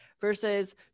versus